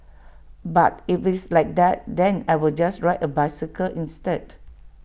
but if it's like that then I will just ride A bicycle instead